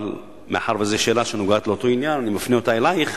אבל מאחר שזו שאלה שנוגעת באותו עניין אני מפנה אותה אלייך,